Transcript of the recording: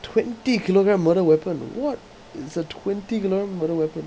twenty kilogram murder weapon what it's a twenty kilogram murder weapon